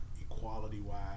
equality-wise